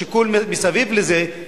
השיקול מסביב לזה,